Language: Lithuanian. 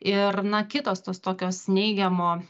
ir na kitos tos tokios neigiamo